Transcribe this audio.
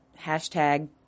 hashtag